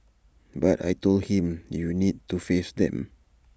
but I Told him you need to face them